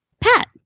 Pat